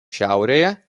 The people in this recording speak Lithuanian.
šiaurėje